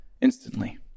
instantly